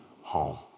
home